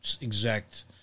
Exact